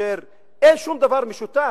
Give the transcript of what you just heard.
כאשר אין שום דבר משותף,